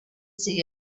see